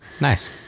nice